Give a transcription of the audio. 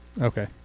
Okay